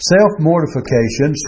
Self-mortification